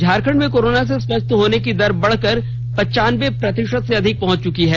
झारखंड में कोरोना से स्वस्थ होने की दर बढ़कर पंचानबे प्रतिशत से अधिक पहुंच चुकी है